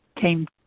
came